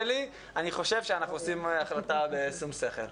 אני חושב שאנחנו עושים החלטה בשום שכל.